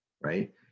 right